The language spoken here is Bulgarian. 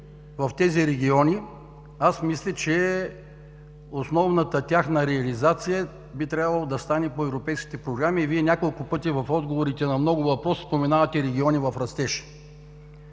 в тези региони, мисля, че основната тяхна реализация би трябвало да стане по европейски програми. В отговорите на много въпроси Вие споменавате „региони в растеж“.